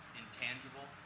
intangible